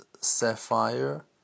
Sapphire